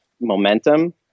momentum